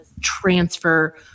transfer